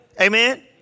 Amen